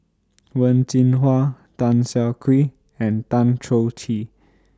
Wen Jinhua Tan Siah Kwee and Tan Choh Tee